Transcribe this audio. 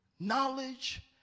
Knowledge